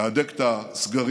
להדק את הסגרים.